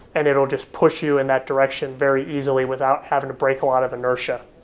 and it will just push you in that direction very easily without having to break a lot of inertia.